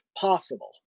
possible